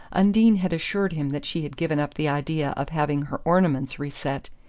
undine had assured him that she had given up the idea of having her ornaments reset,